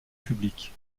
publique